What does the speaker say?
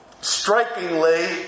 strikingly